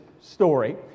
story